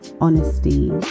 honesty